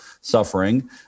suffering